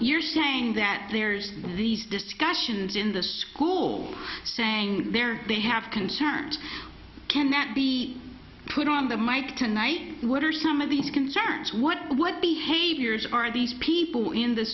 you're saying that there's these discussions in the school saying there may have concerns can that be put on the mike tonight what are some of these concerns what what behaviors are these people in the